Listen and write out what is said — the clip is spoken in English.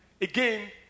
again